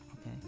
Okay